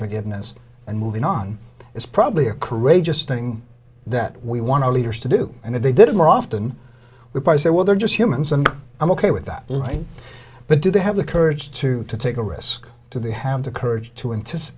forgiveness and moving on is probably a courageous thing that we want our leaders to do and if they did it more often we buy say well they're just humans and i'm ok with that right but do they have the courage to take a risk to they have the courage to an